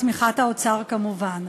בתמיכת האוצר כמובן.